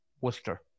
Worcester